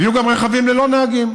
ויהיו גם רכבים ללא נהגים.